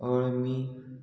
अळमी